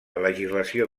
legislació